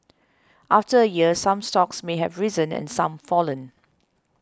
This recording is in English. after a year some stocks may have risen and some fallen